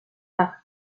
par